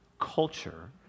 culture